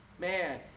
Man